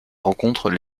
rencontrent